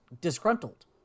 disgruntled